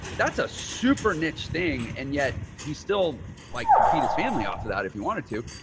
that's a super niche thing. and yet he still like can feed his family off of that. if you want it to.